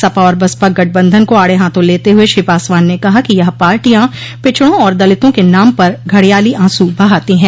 सपा और बसपा गठबंधन को आड़े हाथों लेते हुए श्री पासवान ने कहा कि यह पार्टियां पिछड़ों और दलितों के नाम पर घड़ियाली आंसू बहाती हैं